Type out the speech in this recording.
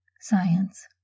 science